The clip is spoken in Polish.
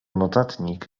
notatnik